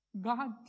God